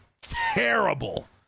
terrible